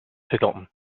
forgotten